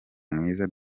mwiza